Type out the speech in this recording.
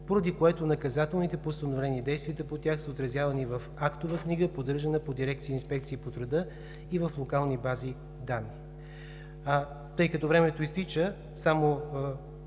поради което наказателните постановления и действията по тях са отразявани в актова книга, поддържана по дирекции „Инспекции по труда“ и в локални бази данни. Тъй като времето изтича,